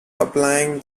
applying